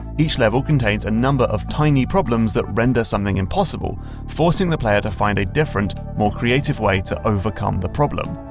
each level contains a number of tiny problems that render something impossible forcing the player to find a different, more creative way to overcome the problem.